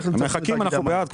אנחנו בעד.